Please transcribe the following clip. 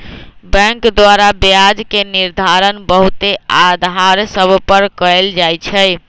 bank द्वारा ब्याज के निर्धारण बहुते अधार सभ पर कएल जाइ छइ